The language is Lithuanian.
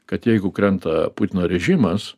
kad jeigu krenta putino režimas